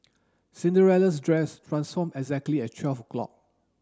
Cinderella's dress transformed exactly at twelve o'clock